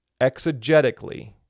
exegetically